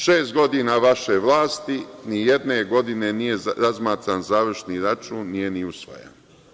Šest godina vaše vlasti, ni jedne godine nije razmatran završni račun, nije ni usvajan.